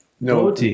no